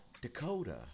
Dakota